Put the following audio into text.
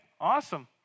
Awesome